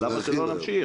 אז למה שלא נמשיך